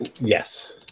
yes